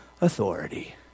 authority